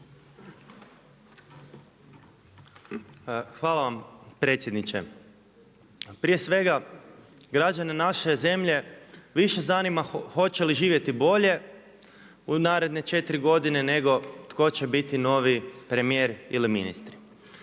Hvala vam predsjedniče. Prije svega građane naše zemlje više zanima hoće li živjeti bolje u naredne 4 godine nego tko će biti novi premijer ili ministri.